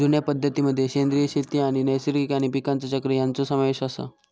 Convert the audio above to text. जुन्या पद्धतीं मध्ये सेंद्रिय शेती आणि नैसर्गिक आणि पीकांचा चक्र ह्यांचो समावेश आसा